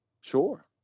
Sure